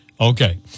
Okay